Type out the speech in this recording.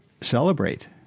celebrate